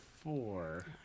four